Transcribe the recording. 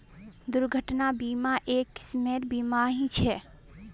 दुर्घटना बीमा, एक किस्मेर बीमा ही ह छे